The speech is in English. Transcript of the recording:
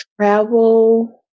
travel